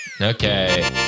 Okay